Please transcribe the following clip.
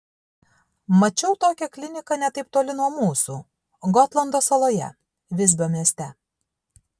mačiau tokią kliniką ne taip toli nuo mūsų gotlando saloje visbio mieste